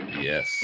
yes